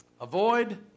avoid